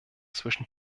zwischen